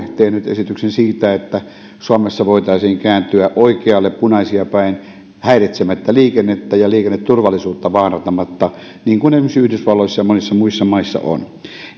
tehnyt esityksen siitä että suomessa voitaisiin kääntyä oikealle punaisia päin häiritsemättä liikennettä ja liikenneturvallisuutta vaarantamatta niin kuin esimerkiksi yhdysvalloissa ja monissa muissa maissa on